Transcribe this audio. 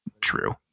true